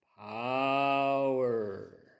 power